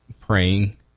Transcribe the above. praying